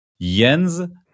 Jens